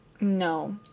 No